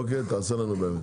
אוקיי, תעשה לנו באמת.